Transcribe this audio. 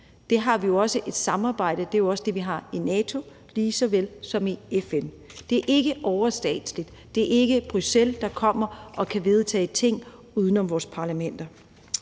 medlemslandene. Og et samarbejde har vi jo også i NATO lige så vel som i FN. Det er ikke overstatsligt. Det er ikke Bruxelles, der kommer og kan vedtage ting uden om vores parlamenter.